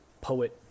poet